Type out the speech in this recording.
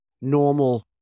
normal